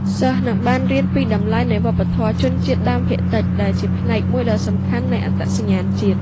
សិស្សនឹងបានរៀនពីតម្លៃនៃវប្បធម៌ជនជាតិដើមភាគតិច ដែលជាផ្នែកមួយដ៏សំខាន់នៃអត្តសញ្ញាណជាតិ។